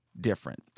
different